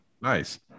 Nice